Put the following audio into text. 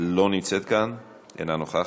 לא נמצאת כאן, אינה נוכחת.